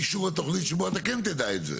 אבל יהיה שלב לפני אישור התוכנית שבו אתה כן תדע את זה.